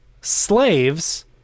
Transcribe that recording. slaves